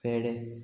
पेडे